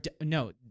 No